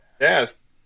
Yes